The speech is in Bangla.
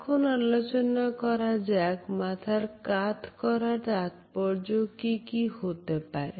এখন আলোচনা করা যাক মাথার কাত করার তাৎপর্য কি কি হতে পারে